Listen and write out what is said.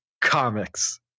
comics